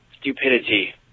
stupidity